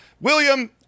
William